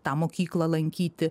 tą mokyklą lankyti